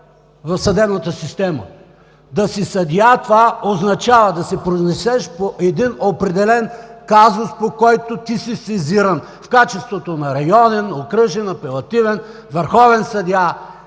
в съдебната система. Да си съдия, това означава да се произнесеш по един определен казус, по който ти си сезиран в качеството на районен, окръжен, апелативен, върховен съдия.